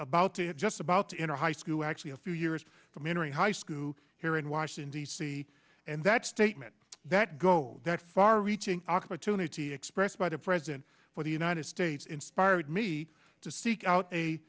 about to just about to enter high school actually a few years from entering high school here in washington d c and that statement that go that far reaching opportunity expressed by the president for the united states inspired me to seek out a